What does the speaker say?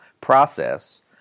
process